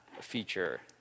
feature